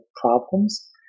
problems